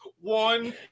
one